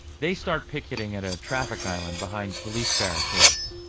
they start picketing at a traffic island behind police barricades.